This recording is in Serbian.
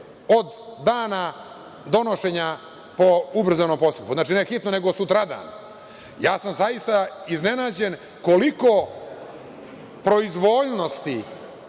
od dana donošenja po ubrzanom postupku. Znači, ne hitno, nego sutradan. Zaista sam iznenađen koliko proizvoljnosti